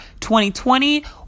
2020